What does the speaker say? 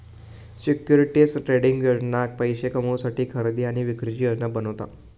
securities trading योजना पैशे कमवुसाठी खरेदी आणि विक्रीची योजना बनवता